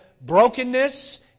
brokenness